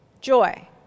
joy